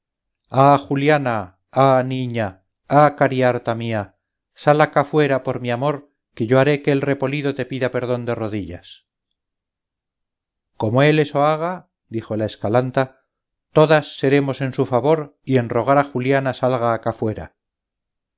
ah juliana ah niña ah cariharta mía sal acá fuera por mi amor que yo haré que el repolido te pida perdón de rodillas como él eso haga dijo la escalanta todas seremos en su favor y en rogar a juliana salga acá fuera